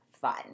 fun